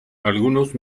algunos